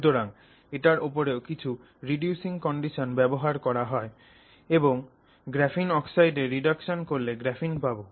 সুতরাং এটার ওপরে কিছু রিডিউসিং কন্ডিশন ব্যবহার করা হয় এবং গ্রাফিন অক্সাইডের রিডাকশন করলে গ্রাফিণ পাবো